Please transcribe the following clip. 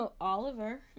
Oliver